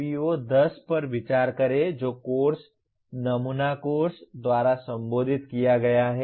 PO10 पर विचार करें जो कोर्स नमूना कोर्स द्वारा संबोधित किया गया है